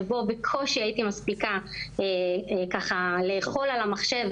שבו בקושי הייתי מספיקה לאכול על המחשב,